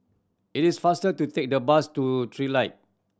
it is faster to take the bus to Trilight